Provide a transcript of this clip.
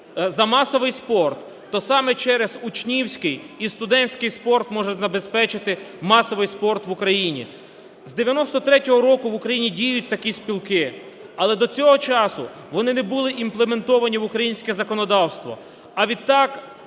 за масовий спорт, то саме через учнівській і студентський спорт можна забезпечити масовий спорт в Україні. З 93-го року в Україні діють такі спілки, але до цього часу вони не були імплементовані в українське законодавство, а відтак